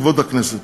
בכבוד הכנסת.